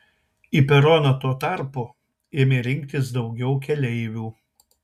į peroną tuo tarpu ėmė rinktis daugiau keleivių